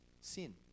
sin